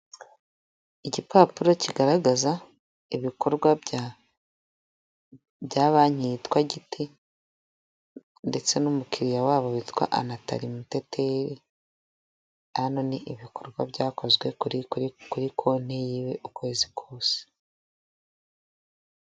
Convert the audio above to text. Igipapuro kigaragaza ibikorwa bya banki yitwa giti ndetse n'umukiya wabo witwa Anatal Muteteri hano ni ibikorwa byakozwe kuri konti yiwe ukwezi kose.